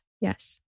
yes